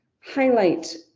highlight